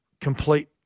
complete